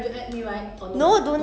没有 lah 你会跟